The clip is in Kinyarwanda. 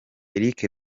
eric